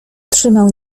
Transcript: trzymał